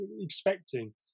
expecting